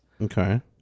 Okay